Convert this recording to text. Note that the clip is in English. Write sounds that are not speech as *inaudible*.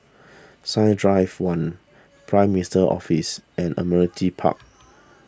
Science Drive one *noise* Prime Minister's Office and Admiralty Park